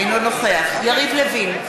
אינו נוכח יריב לוין,